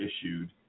issued